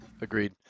agreed